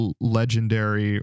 legendary